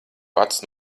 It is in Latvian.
pats